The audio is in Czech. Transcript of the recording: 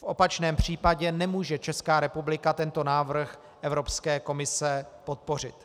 V opačném případě nemůže Česká republika tento návrh Evropské komise podpořit.